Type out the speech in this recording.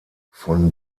von